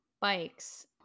bikes